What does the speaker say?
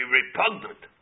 repugnant